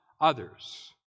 others